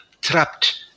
trapped